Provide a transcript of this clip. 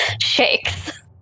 shakes